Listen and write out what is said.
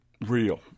real